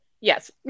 Yes